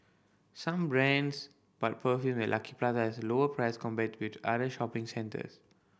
some brands but perfume at Lucky Plaza has lower price compared with other shopping centres